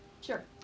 Sure